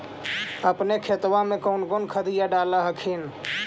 अपने खेतबा मे कौन खदिया डाल हखिन?